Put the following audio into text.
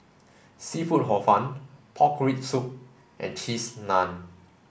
Seafood Hor Fun pork rib soup and cheese naan